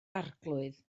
arglwydd